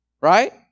right